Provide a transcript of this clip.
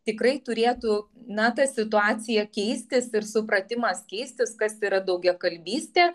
tikrai turėtų na ta situacija keistis ir supratimas keistis kas yra daugiakalbystė